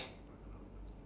um